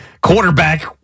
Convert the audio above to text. quarterback